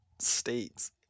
states